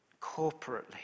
corporately